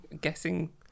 guessing